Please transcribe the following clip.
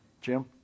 Jim